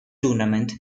tournament